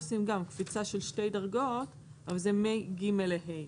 עושים קפיצה של שתי דרגות אבל זה מ-ג' ל-ה'.